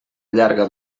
llarga